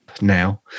now